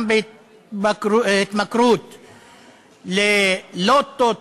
גם בהתמכרות ללוטו,